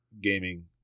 gaming